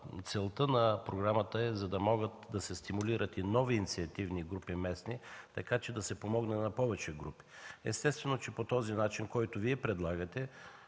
Целта на програмата е да могат да се стимулират и нови инициативни местни групи, така че да се помогне на повече групи. Естествено е, че по този начин, който Вие предлагате,